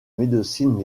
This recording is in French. médecine